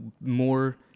more